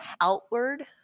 outward